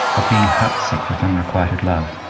of being heartsick with unrequited love.